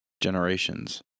Generations